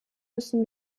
müssen